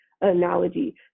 analogy